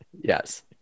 Yes